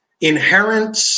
inherent